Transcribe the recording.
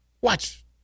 watch